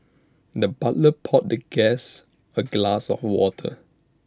the butler poured the guest A glass of water